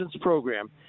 program